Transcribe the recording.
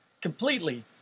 completely